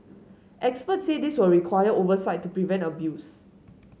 experts say this will require oversight to prevent abuse